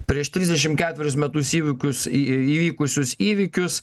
prieš trisdešim ketverius metus įvykius į įvykusius įvykius